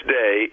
day